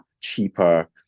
cheaper